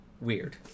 weird